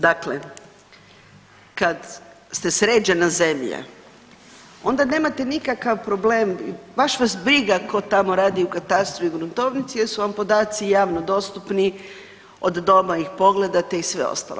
Dakle, kad ste sređena zemlja onda nemate nikakav problem, baš vas briga ko tamo radi u katastru i gruntovnici jer su vam podaci javno dostupni, od doma ih pogledate i sve ostalo.